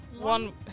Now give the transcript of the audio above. One